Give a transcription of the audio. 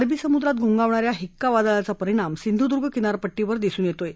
अरबी समुद्रात घोंगावणा या हिक्का वादळाचा परिणाम सिंधुदुर्ग किनारपट्टीवर दिसून येत आहे